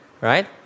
Right